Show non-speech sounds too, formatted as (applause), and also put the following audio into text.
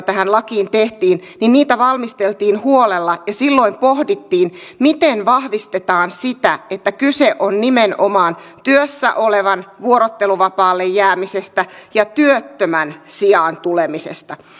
(unintelligible) tähän lakiin muutoksia niin niitä valmisteltiin huolella ja silloin pohdittiin miten vahvistetaan sitä että kyse on nimenomaan työssä olevan vuorotteluvapaalle jäämisestä ja työttömän sijaan tulemisesta